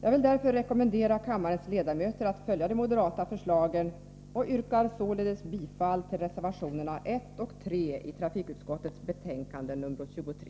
Jag vill därför rekommendera kammarens ledamöter att följa de moderata förslagen och yrkar således bifall till reservationerna 1 och 3 i trafikutskottets betänkande nr 23.